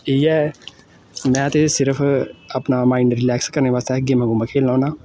इ'यै में ते सिर्फ अपना माइंड रिलैक्स करने बास्तै गेमां गूमां खेलना होन्ना